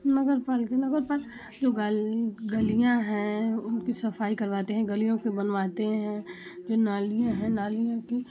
नगरपालिका नगरपालिका जो गलियाँ हैं उनकी सफाई करवाते हैं गलियों को बनबाते हैं जो नालियाँ है नालियों की